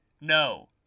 No